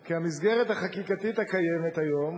כי המסגרת החקיקתית הקיימת היום